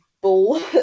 bull